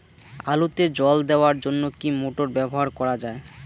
আলুতে জল দেওয়ার জন্য কি মোটর ব্যবহার করা যায়?